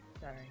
Sorry